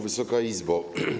Wysoka Izbo!